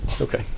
Okay